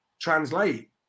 translate